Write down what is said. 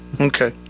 Okay